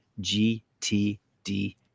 GTD